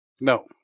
No